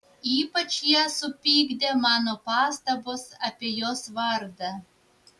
ypač ją supykdė mano pastabos apie jos vardą